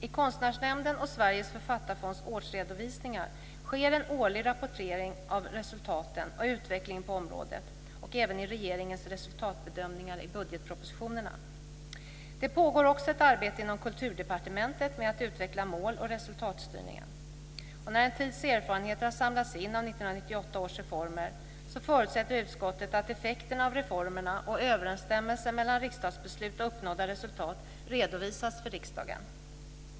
I Konstnärsnämnden och Sveriges författarfonds årsredovisningar sker en årlig rapportering av resultaten och utvecklingen på området, och även i regeringens resultatbedömningar i budgetpropositionerna. Det pågår också ett arbete inom Kulturdepartementet med att utveckla mål och resultatstyrningen. När en tids erfarenheter har samlats in av 1998 års reformer förutsätter utskottet att effekterna av reformerna och överensstämmelsen mellan riksdagsbeslut och uppnådda resultat redovisas för riksdagen.